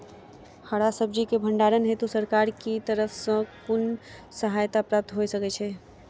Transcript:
हरा सब्जी केँ भण्डारण हेतु सरकार की तरफ सँ कुन सहायता प्राप्त होइ छै?